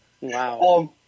Wow